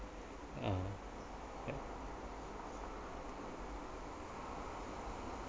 ah